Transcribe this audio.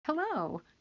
Hello